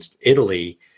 Italy